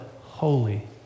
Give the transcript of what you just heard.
holy